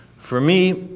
for me,